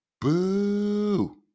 Boo